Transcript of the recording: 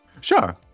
Sure